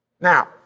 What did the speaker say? Now